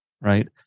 right